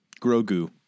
Grogu